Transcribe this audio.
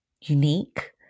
unique